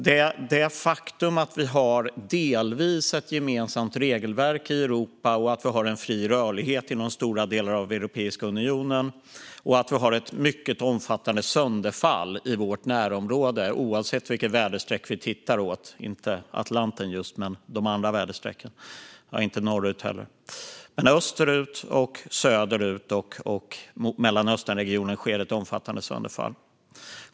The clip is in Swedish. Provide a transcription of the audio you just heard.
Det är ett faktum att vi delvis har ett gemensamt regelverk i Europa, att vi har en fri rörlighet inom stora delar av Europiska unionen och att vi har ett mycket omfattande sönderfall i vårt närområde, oavsett vilket i väderstreck vi tittar - inte Atlanten och inte norrut heller, men de andra väderstrecken. Österut, söderut och i Mellanösternregionen sker ett omfattande sönderfall.